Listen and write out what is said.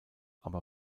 aber